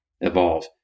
evolve